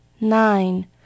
Nine